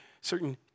certain